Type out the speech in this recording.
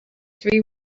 three